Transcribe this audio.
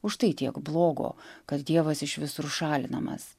už tai tiek blogo kad dievas iš visur šalinamas